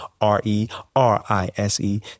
R-E-R-I-S-E